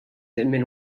minn